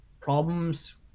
problems